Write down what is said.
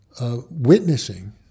Witnessing